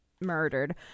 murdered